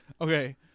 Okay